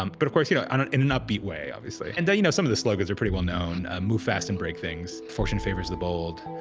um but, of course, you yeah and know, in an upbeat way, obviously. and, you know, some of the slogans are pretty well-known move fast and break things, fortune favors the bold,